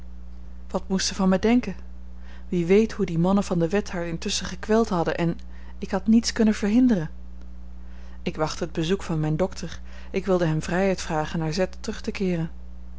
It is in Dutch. wat moest zij van mij denken wie weet hoe die mannen van de wet haar intusschen gekweld hadden en ik had niets kunnen verhinderen ik wachtte het bezoek van mijn dokter ik wilde hem vrijheid vragen naar z terug te keeren